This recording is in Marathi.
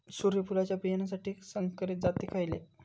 सूर्यफुलाच्या बियानासाठी संकरित जाती खयले?